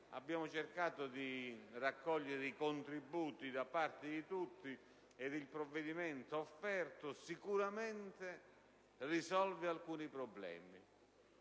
Abbiamo cercato di raccogliere i contributi da parte di tutti, ed il provvedimento offerto sicuramente risolve alcuni problemi.